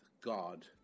God